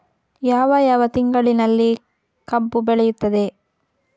ಯಾವ ಯಾವ ತಿಂಗಳಿನಲ್ಲಿ ಕಬ್ಬು ಬೆಳೆಯುತ್ತದೆ?